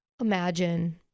imagine